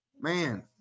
man